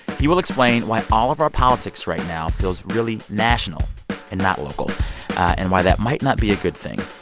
he will explain why all of our politics right now feels really national and not local and why that might not be a good thing.